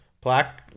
plaque